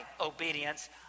obedience